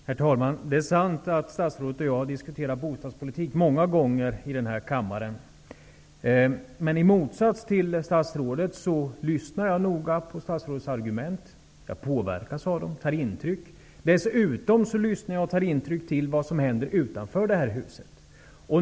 Herr talman! Det är sant att statsrådet och jag har diskuterat bostadspolitik många gånger i denna kammare. Men i motsats till statsrådet lyssnar jag noga på statsrådets argument. Jag påverkas av dem och tar intryck. Dessutom lyssnar jag och tar intryck av vad som händer utanför det här huset.